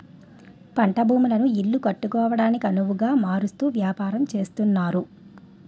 పంట భూములను ఇల్లు కట్టుకోవడానికొనవుగా మారుస్తూ వ్యాపారం చేస్తున్నారు